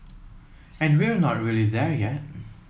and we're not really there yet